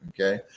okay